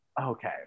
Okay